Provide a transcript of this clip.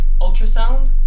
ultrasound